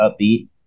upbeat